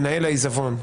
מנהל העיזבון,